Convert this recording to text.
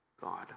God